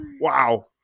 wow